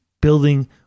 building